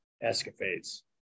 escapades